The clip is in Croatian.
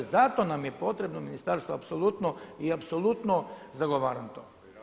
Zato nam je potrebno ministarstvo apsolutno i apsolutno zagovaram to.